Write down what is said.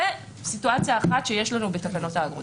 זאת סיטואציה אחת שיש לנו בתקנות האגרות.